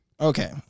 Okay